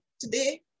today